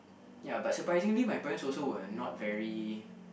ya but surprisingly my parents also were not very